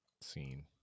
scene